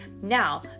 Now